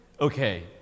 Okay